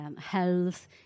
Health